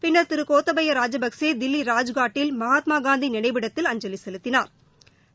பின்னா திரு கோத்தபய ராஜபக்ஷே தில்லி ராஜ்காட்டில் மகாத்மாகாந்தி நினைவிடத்தில் அஞ்சலி செலுத்தினா்